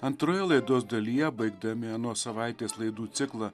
antroje laidos dalyje baigdami anos savaitės laidų ciklą